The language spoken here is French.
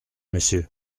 messieurs